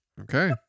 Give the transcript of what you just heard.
Okay